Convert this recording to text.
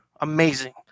Amazing